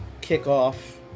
kickoff